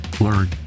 learn